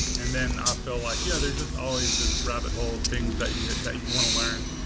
and then i feel like, yeah, there's just always this rabbit hole of things that you that you want to learn.